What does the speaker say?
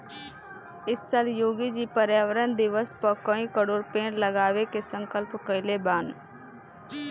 इ साल योगी जी पर्यावरण दिवस पअ कई करोड़ पेड़ लगावे के संकल्प कइले बानअ